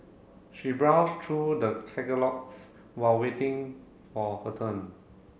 she browsed through the catalogues while waiting for her turn